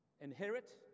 Inherit